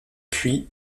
puy